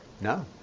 No